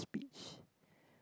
speech